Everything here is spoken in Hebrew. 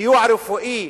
סיוע רפואי,